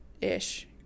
Ish